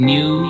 New